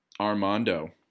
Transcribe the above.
Armando